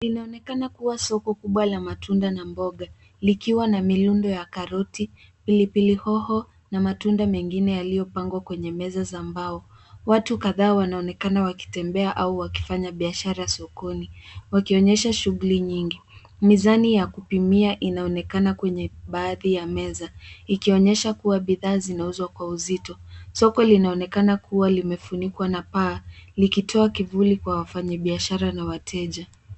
Inaonekana kuwa soko kubwa la matunda na mboga, likiwa na mirundo ya karoti, pilipili hoho na matunda mengine yaliyopangwa kwenye meza za mbao. Watu kadhaa wanaonekana wakitembea au wakifanya biashara sokoni, wakionyesha shughuli nyingi. Mizani ya kupimia inaonekana kwenye baadhi ya meza, ikionyesha kuwa bidhaa zinauzwa kwa uzito. Soko linaonekana kuwa limefunikwa na paa likitoa kivuli kwa wafanyibiashara na wateja.